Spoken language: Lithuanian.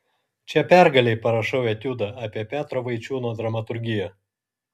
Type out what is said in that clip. čia pergalei parašau etiudą apie petro vaičiūno dramaturgiją